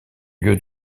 lieu